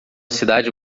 cidade